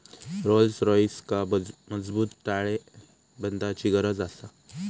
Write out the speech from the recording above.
Rolls रॉइसका मजबूत ताळेबंदाची गरज आसा